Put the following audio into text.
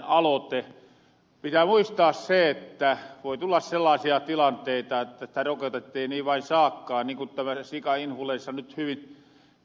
pitää muistaa se että voi tulla sellaasia tilanteita että tätä rokotetta ei niin vain saakaan niin kuin tämmöinen sikainfluenssa nyt hyvin antoi ymmärtää